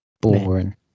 boring